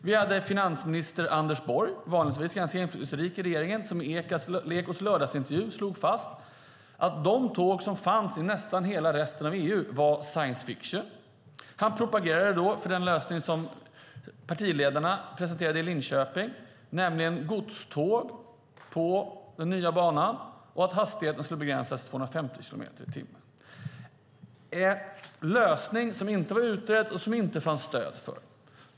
Vi hade finansminister Anders Borg, vanligtvis ganska inflytelserik i regeringen, som i Ekots lördagsintervju slog fast att de tåg som finns i nästan hela resten av EU är science fiction. Han propagerade då för den lösning partiledarna presenterade i Linköping, nämligen godståg på den nya banan och att hastigheten skulle begränsas till 250 kilometer i timmen. Det är en lösning som inte var utredd och som det inte fanns stöd för.